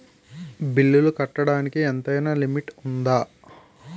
బిల్లులు కట్టడానికి ఎంతైనా లిమిట్ఉందా?